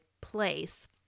place